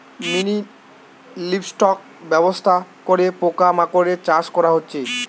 mini livestock ব্যবস্থা করে পোকা মাকড়ের চাষ করা হচ্ছে